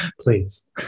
Please